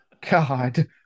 God